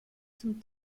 zum